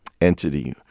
entity